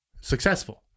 successful